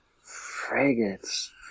Frigates